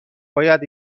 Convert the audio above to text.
باید